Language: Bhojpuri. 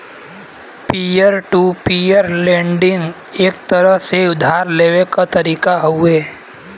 पीयर टू पीयर लेंडिंग एक तरह से उधार लेवे क तरीका हउवे